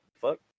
Fuck